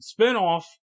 spinoff